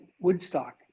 Woodstock